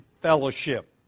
Fellowship